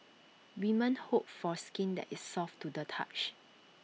women hope for skin that is soft to the touch